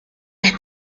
las